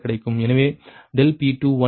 எனவே ∆P2 நீங்கள் 0